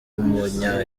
w’umunya